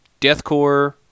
deathcore